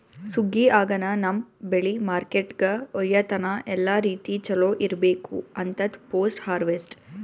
ಸುಗ್ಗಿ ಆಗನ ನಮ್ಮ್ ಬೆಳಿ ಮಾರ್ಕೆಟ್ಕ ಒಯ್ಯತನ ಎಲ್ಲಾ ರೀತಿ ಚೊಲೋ ಇರ್ಬೇಕು ಅಂತದ್ ಪೋಸ್ಟ್ ಹಾರ್ವೆಸ್ಟ್